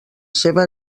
seva